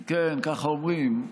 כן, כך אומרים.